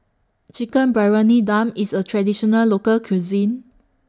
Chicken Briyani Dum IS A Traditional Local Cuisine